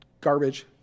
garbage